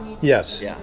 Yes